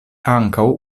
ankaŭ